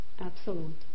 absolute